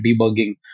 debugging